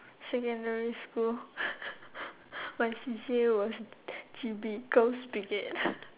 secondary school my C_C_A was G_B girls' brigade